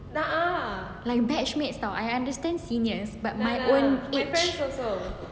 my batch mates [tau] I understand seniors but my own age